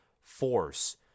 force